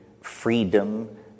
freedom